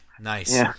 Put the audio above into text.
nice